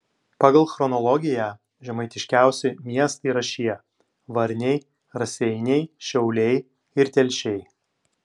pagal chronologiją žemaitiškiausi miestai yra šie varniai raseiniai šiauliai ir telšiai